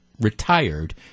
retired